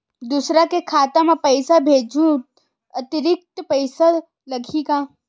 दूसरा के खाता म पईसा भेजहूँ अतिरिक्त पईसा लगही का?